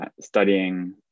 Studying